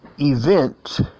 event